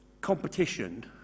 Competition